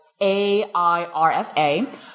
AIRFA